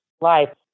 life